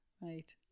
Right